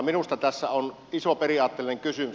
minusta tässä on iso periaatteellinen kysymys